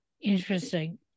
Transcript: Interesting